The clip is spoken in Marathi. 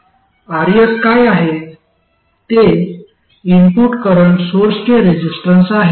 Rs काय आहे ते इनपुट करंट सोर्सचे रेसिस्टन्स आहे